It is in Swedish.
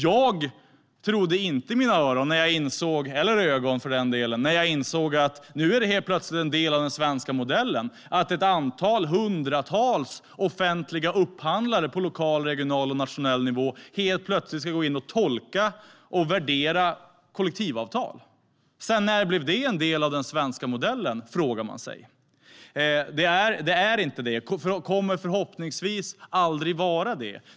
Jag trodde inte mina öron, eller för den delen mina ögon, när jag insåg att det nu plötsligt är en del av den svenska modellen att hundratals offentliga upphandlare på lokal, regional och nationell nivå helt plötsligt ska tolka och värdera kollektivavtal. Sedan när blev det en del av den svenska modellen, frågar man sig? Det är inte det, och det kommer förhoppningsvis aldrig att vara det.